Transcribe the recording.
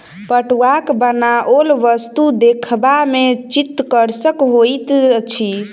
पटुआक बनाओल वस्तु देखबा मे चित्तकर्षक होइत अछि